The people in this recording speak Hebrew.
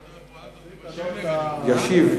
ישיב,